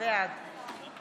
גבי לסקי, מה עמדתך?